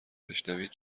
بشنوید